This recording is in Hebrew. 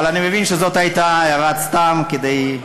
אבל אני מבין שזאת הייתה הערת-סתם כדי,